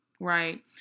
right